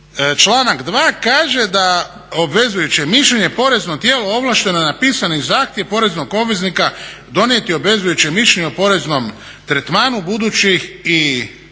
članak 2.kaže da obvezujuće mišljenje porezno tijelo ovlašteno je na pisani zahtjev poreznog obveznika donijeti obvezujuće mišljenje o poreznom tretmanu budućih i